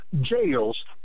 jails